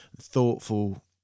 thoughtful